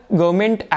government